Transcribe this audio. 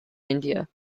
india